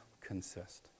consist